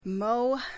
Mo